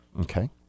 Okay